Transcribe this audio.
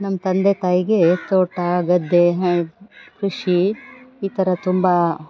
ನಮ್ಮ ತಂದೆ ತಾಯಿಗೆ ತೋಟ ಗದ್ದೆ ಕೃಷಿ ಈ ಥರ ತುಂಬ